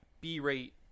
B-rate